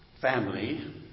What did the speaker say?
family